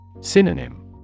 Synonym